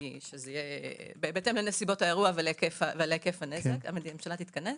שיהיה בהתאם לנסיבות האירוע ולהיקף הנזק הממשלה תתכנס